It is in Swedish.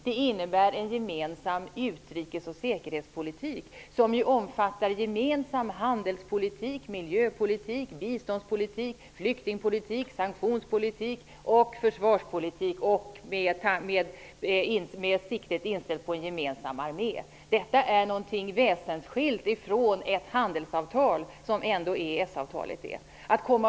Det innebär en gemensam utrikes och säkerhetspolitik som omfattar gemensam handelspolitik, miljöpolitik, biståndspolitik, flyktingpolitik, pensionspolitik och försvarspolitik med siktet inställt på en gemensam armé. Detta är något väsensskilt från ett handelsavtal, vilket EES-avtalet ju är.